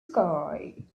sky